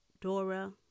Dora